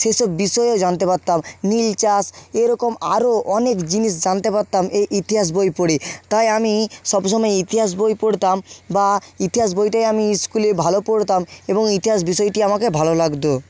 সেসব বিষয়েও জানতে পারতাম নীল চাষ এরকম আরও অনেক জিনিস জানতে পারতাম এই ইতিহাস বই পড়ে তাই আমি সবসময় ইতিহাস বই পড়তাম বা ইতিহাস বইটাই আমি ইস্কুলে ভালো পড়তাম এবং ইতিহাস বিষয়টি আমাকে ভালো লাগতো